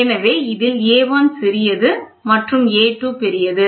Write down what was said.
எனவே இதில் A1 சிறியது மற்றும் A2 பெரியது